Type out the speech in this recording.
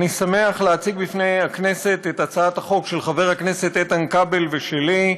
אני שמח להציג לפני הכנסת את הצעת החוק של חבר הכנסת איתן כבל ושלי,